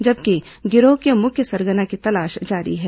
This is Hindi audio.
जबकि गिरोह के मुख्य सरगना की तलाश जारी है